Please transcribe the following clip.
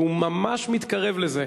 והוא ממש מתקרב לזה,